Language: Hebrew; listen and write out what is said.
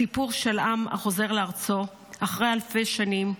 סיפור של עם החוזר לארצו אחרי אלפי שנים,